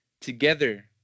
together